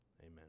Amen